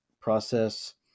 process